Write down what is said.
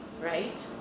right